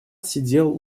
сидел